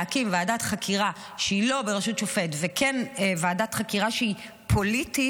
להקים ועדת חקירה שהיא לא בראשות שופט וכן ועדת חקירה שהיא פוליטית,